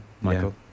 Michael